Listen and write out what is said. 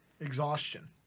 exhaustion